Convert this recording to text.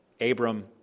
Abram